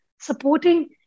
supporting